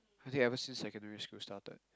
ever since secondary school started